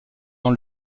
dans